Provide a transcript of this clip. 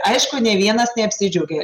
aišku nė vienas neapsidžiaugė